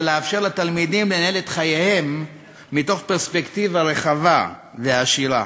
אלא לאפשר לתלמידים לנהל את חייהם מתוך פרספקטיבה רחבה ועשירה.